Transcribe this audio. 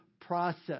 process